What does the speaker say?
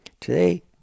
Today